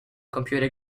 computer